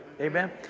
Amen